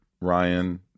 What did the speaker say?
Ryan